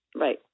Right